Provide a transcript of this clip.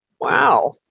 Wow